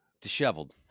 disheveled